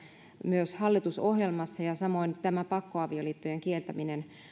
myös hallitusohjelmassa ja ja tämä pakkoavioliittojen kieltäminen